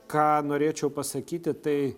ką norėčiau pasakyti tai